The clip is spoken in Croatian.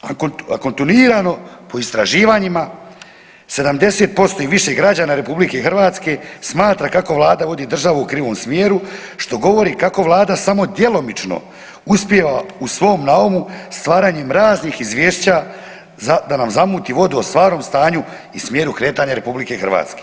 A kontinuirano po istraživanjima 70% i više građana RH smatra kako Vlada vodi državu u krivom smjeru što govori kako Vlada samo djelomično uspijeva u svom naumu stvaranjem raznih izvješća da nam zamuti vodu o stvarnom stanju i smjeru kretanja RH.